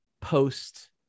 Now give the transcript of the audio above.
post